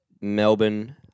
Melbourne